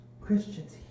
Christians